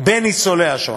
בניצולי השואה,